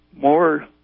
more